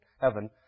heaven